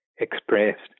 Expressed